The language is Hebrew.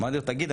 אמרתי לו תגיד,